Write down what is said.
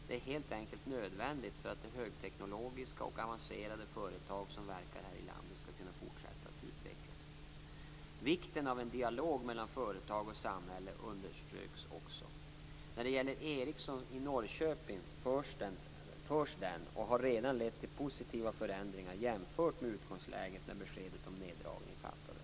Det är helt enkelt nödvändigt för att de högteknologiska och avancerade företag som verkar här i landet skall kunna fortsätta att utvecklas. Vikten av en dialog mellan företag och samhälle underströks också. När det gäller Ericsson i Norrköping förs den och har redan lett till positiva förändringar jämfört med utgångsläget när beskedet om neddragning fattades.